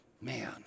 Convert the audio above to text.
Man